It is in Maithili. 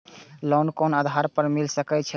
लोन कोन आधार पर मिल सके छे?